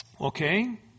Okay